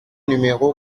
numéro